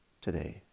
today